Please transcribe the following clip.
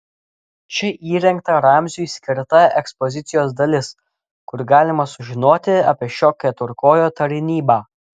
čia įrengta ramziui skirta ekspozicijos dalis kur galima sužinoti apie šio keturkojo tarnybą